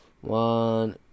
one